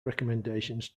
recommendations